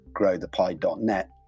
growthepie.net